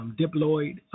diploid